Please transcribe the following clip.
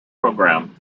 program